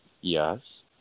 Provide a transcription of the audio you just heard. Yes